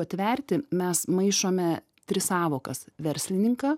atverti mes maišome tris sąvokas verslininką